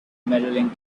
medaling